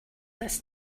this